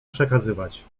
przekazywać